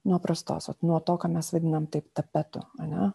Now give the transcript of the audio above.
nuo prastos o vat nuo to ką mes vadinam taip tapetu ane